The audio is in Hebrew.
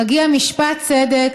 מגיע משפט צדק.